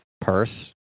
purse